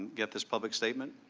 get this public statement?